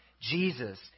Jesus